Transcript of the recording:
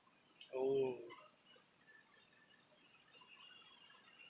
oh